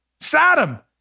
Saddam